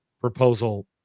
proposal